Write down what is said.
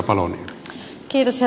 herra puhemies